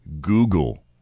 Google